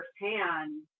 firsthand